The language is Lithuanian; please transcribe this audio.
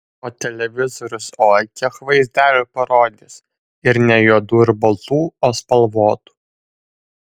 o televizorius oi kiek vaizdelių parodys ir ne juodų ir baltų o spalvotų